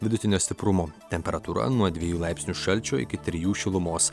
vidutinio stiprumo temperatūra nuo dviejų laipsnių šalčio iki trijų šilumos